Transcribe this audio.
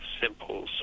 simple